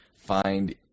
find